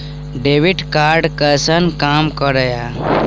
Debit card कैसन काम करेया?